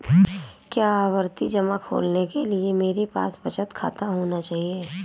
क्या आवर्ती जमा खोलने के लिए मेरे पास बचत खाता होना चाहिए?